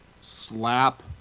slap